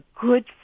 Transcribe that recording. good